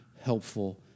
helpful